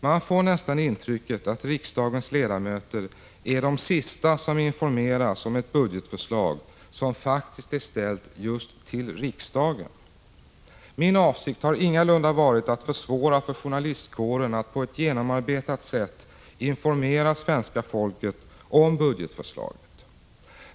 Man får nästan intrycket att riksdagens ledamöter är de sista som informeras om ett budgetförslag som faktiskt är ställt just till riksdagen. Min avsikt har ingalunda varit att försvåra för journalistkåren att på ett genomarbetat sätt informera svenska folket om budgetförslaget.